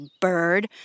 bird